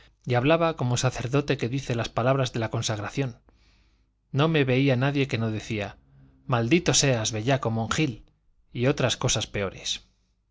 y hablaba como sacerdote que dice las palabras de la consagración no me veía nadie que no decía maldito seas bellaco monjil y otras cosas peores